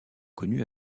connue